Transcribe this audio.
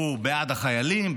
שהוא בעד החיילים,